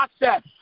process